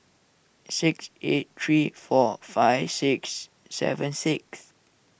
six eight three four five six seven six